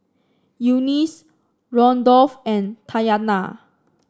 Eunice Randolf and Tatyana